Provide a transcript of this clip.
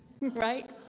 Right